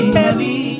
heavy